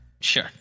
Sure